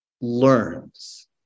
learns